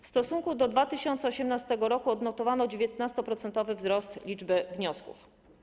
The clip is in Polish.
W stosunku do 2018 r. odnotowano 19-procentowy wzrost liczby wniosków.